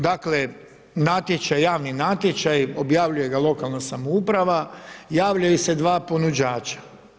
Dakle, natječaj, javni natječaj, objavljuje ga lokalna samouprava, javljaju se dva ponuđača.